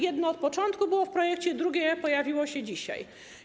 Jedno od początku było w projekcie, drugie pojawiło się dzisiaj.